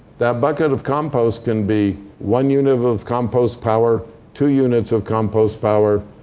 that bucket of compost can be one unit of of compost power, two units of compost power,